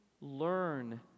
learn